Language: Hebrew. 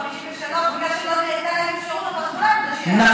עלו אחרי 1953 בגלל שלא הייתה להם אפשרות,